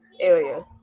area